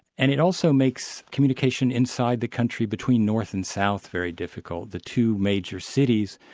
and it also makes communication inside the country between north and south very difficult. the two major cities,